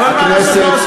אבל מה לעשות,